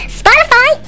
spotify